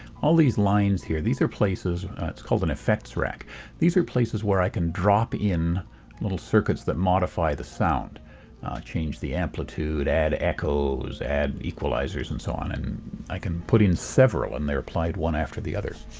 all these lines here these are places it's called an effects rack these are places where i can drop in little circuits that modify the sound change the amplitude, add echoes, add equalizers and so on. and i can put in several and they're applied one after the other.